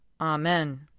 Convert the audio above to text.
Amen